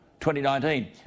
2019